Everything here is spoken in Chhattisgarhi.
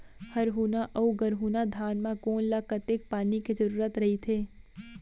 हरहुना अऊ गरहुना धान म कोन ला कतेक पानी के जरूरत रहिथे?